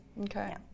Okay